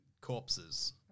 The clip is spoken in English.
corpses